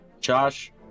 Josh